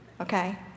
Okay